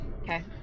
Okay